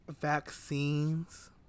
vaccines